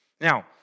Now